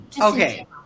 Okay